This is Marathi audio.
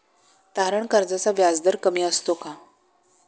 तारण कर्जाचा व्याजदर कमी असतो का?